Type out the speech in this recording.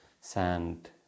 sand